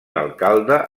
alcalde